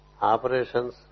operations